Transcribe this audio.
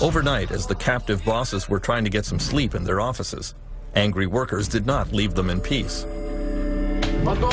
overnight as the captive bosses were trying to get some sleep in their offices angry workers did not leave them in pea